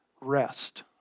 rest